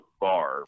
bar